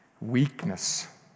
weakness